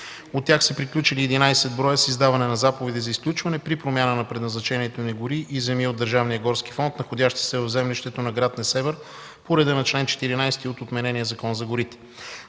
От тях са приключили 11 броя с издаване на заповеди за изключване при промяна на предназначението на гори и земи от Държавния горски фонд, находящи се в землището на гр. Несебър, по реда на чл. 14 от отменения Закон за горите.